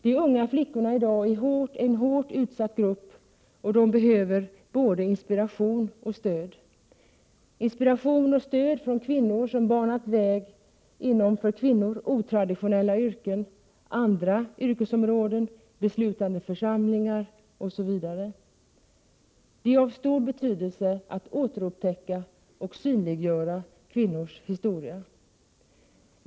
De unga flickorna är i dag en hårt utsatt grupp, och de behöver både inspiration och stöd från kvinnor som banat väg inom för kvinnor otraditionella yrken, andra yrkesområden, beslutande församlingar osv. Det är av stor betydelse att återupptäcka och synliggöra kvinnornas historia.